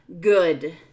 Good